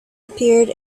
appeared